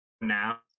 now